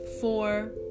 four